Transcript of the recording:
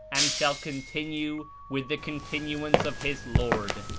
and shall continue with the continuance of his lord,